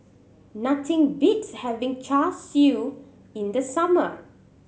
nothing beats having Char Siu in the summer